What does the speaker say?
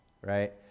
right